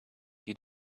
you